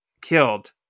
killed